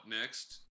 next